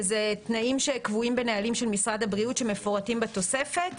תנאים שקבועים בנהלים של משרד הבריאות שמפורטים בתוספת,